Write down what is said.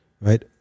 right